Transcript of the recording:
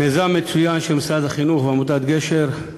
מיזם מצוין של משרד החינוך ועמותת "גשר",